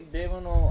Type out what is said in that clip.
devono